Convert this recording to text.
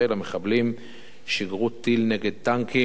המחבלים שיגרו טיל נגד טנקים,